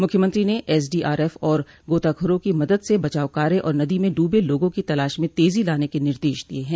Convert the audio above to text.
मुख्यमंत्री ने एसडीआरएफ और गोताखोरो की मदद से बचाव कार्य और नदी में डूबे लोगों की तलाश में तेजी लाने के निर्देश दिये हैं